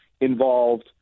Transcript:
involved